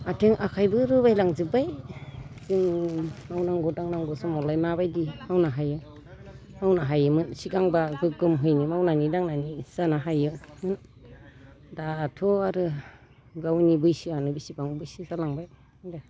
आथें आखाइबो रुबायलांजोब्बाय जोङो मावनांगौ दांनांगौ समावलाय माबायदि मावनो हायो मावनो हायोमोन सिगांब्ला गोगोमहैनो मावनानै दांनानै जानो हायो दाथ' आरो गावनि बैसोआनो बिसिबां बैसो जालांबाय दे